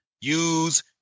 use